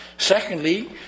secondly